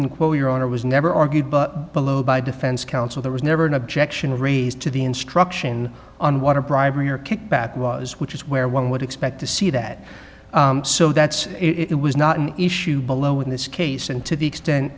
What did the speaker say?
well your honor was never argued but below by defense counsel there was never an objection raised to the instruction on water bribery or kickback was which is where one would expect to see that so that it was not an issue below in this case and to the extent